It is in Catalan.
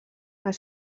els